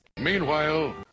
Meanwhile